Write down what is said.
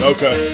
Okay